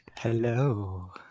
Hello